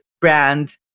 brand